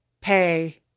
pay